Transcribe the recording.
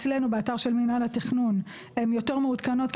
אצלנו באתר של מינהל התכנון הן יותר מעודכנות,